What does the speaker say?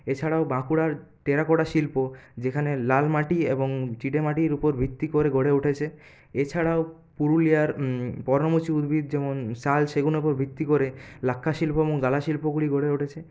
এছাড়াও বাঁকুড়ার টেরাকোটা শিল্প যেখানে লাল মাটি এবং চিনেমাটির ওপর ভিত্তি করে গড়ে উঠেছে এছাড়াও পুরুলিয়ার পর্ণমোচী উদ্ভিদ যেমন শাল সেগুনের উপর ভিত্তি করে লাক্ষা শিল্প এবং গালা শিল্পগুলি গড়ে উঠেছে